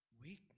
weakness